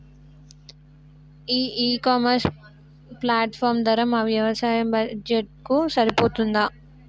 ఈ e commerce platform ధర మా వ్యవసాయ బడ్జెట్ కు సరిపోతుందా?